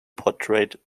portrayed